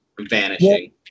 vanishing